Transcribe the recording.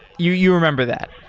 you you remember that?